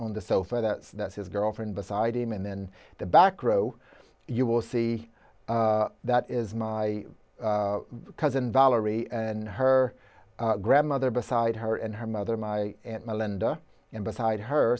on the sofa that's that's his girlfriend beside him and then the back row you will see that is my cousin valerie and her grandmother beside her and her mother my aunt melinda and beside her